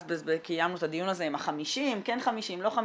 אז קיימנו את הדיון הזה עם ה-50, כן 50, לא 50